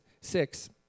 six